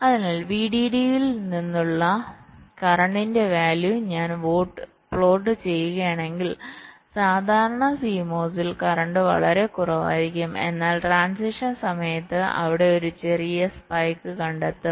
അതിനാൽ VDD യിൽ നിന്ന് ഉള്ള കറന്റിന്റെ വാല്യൂ ഞാൻ പ്ലോട്ട് ചെയ്യുകയാണെങ്കിൽ സാധാരണ CMOS ൽ കറന്റ് വളരെ കുറവായിരിക്കും എന്നാൽ ട്രാന്സിഷൻസമയത്ത് അവിടെ ഒരു ചെറിയ സ്പൈക്ക് കണ്ടെത്തും